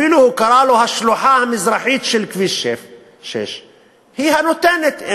אפילו קרא לו: השלוחה המזרחית של כביש 6. היא הנותנת.